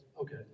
Okay